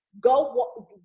go